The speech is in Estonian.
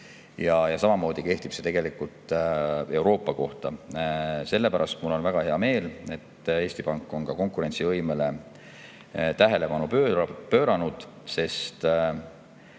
Samamoodi kehtib see tegelikult [kogu] Euroopa kohta. Sellepärast on mul väga hea meel, et Eesti Pank on konkurentsivõimele tähelepanu pööranud, sest